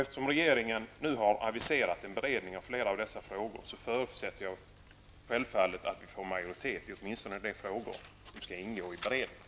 Eftersom regeringen har avviserat en beredning av flera av de frågor som berörs i reservationerna, förutsätter jag självfallet att vi får majoritet i åtminstone de frågor som skall ingå i beredningen.